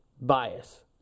bias